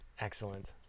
excellent